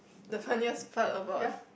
the funniest part about